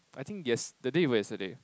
I think yes the day before yesterday